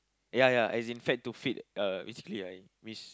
ya ya as in fat to fit uh basically I mis~